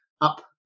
up